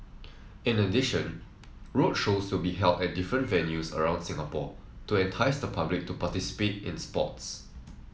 in addition roadshows will be held at different venues around Singapore to entice the public to participate in sports